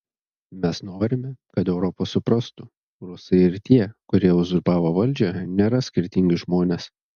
mes norime kad europa suprastų rusai ir tie kurie uzurpavo valdžią nėra skirtingi žmonės